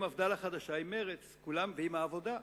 מפד"ל החדשה עם מרצ ועם העבודה,